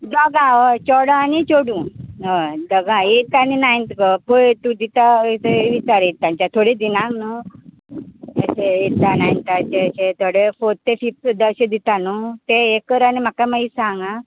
दोगां हय चेडो आनी चोडूं हय दोगांय एठथ आनी नायंथ गो पय तूं दिता हय थंय विचार सांजच्या थोडीं दिना न्हू अशें एथाक नायनताक अशें थोडे फोर्थ ते फिफ्त सुद्दां दिता न्हू ते कर आनी म्हाका मागीर सांग आं